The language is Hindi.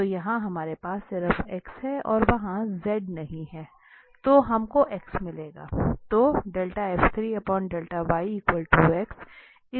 तो यहाँ हमारे पास सिर्फ x है और वहाँ z नहीं है तो हम को x मिलेगा